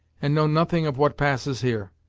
and know nothing of what passes here!